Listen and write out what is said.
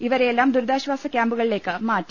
ഇവരെയെല്ലാം ദുരിതാശ്വാസ ക്യാമ്പുകളിലേക്ക് മാറ്റി